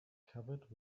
covered